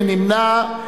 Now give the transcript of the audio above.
מי נמנע?